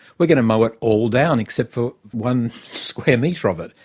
we're going to mow it all down, except for one square metre of it.